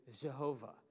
Jehovah